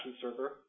Server